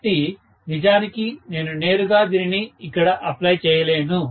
కాబట్టి నిజానికి నేను నేరుగా దీనిని ఇక్కడ అప్లై చేయలేను